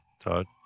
Todd